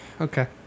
Okay